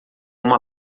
uma